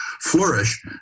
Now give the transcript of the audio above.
flourish